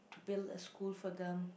to build a school for them